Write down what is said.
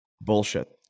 Bullshit